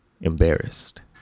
embarrassed